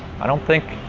i don't think